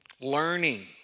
learning